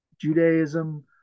Judaism